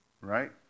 right